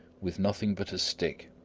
with nothing but a stick,